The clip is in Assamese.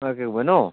একেবাৰে ন